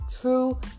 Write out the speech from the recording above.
true